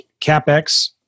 CapEx